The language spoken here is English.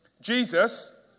Jesus